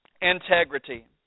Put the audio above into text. integrity